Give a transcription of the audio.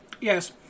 Yes